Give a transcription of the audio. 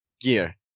gear